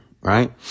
right